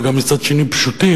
אבל גם מצד שני פשוטים,